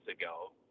ago